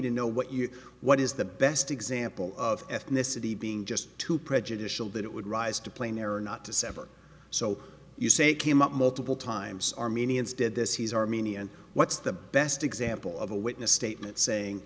to know what you what is the best example of ethnicity being just too prejudicial that it would rise to plane error not to sever so you say came up multiple times armenians did this he's armenian what's the best example of a witness statement saying